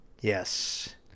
Yes